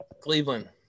Cleveland